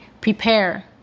Prepare